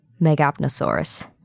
Megapnosaurus